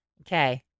Okay